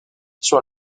sur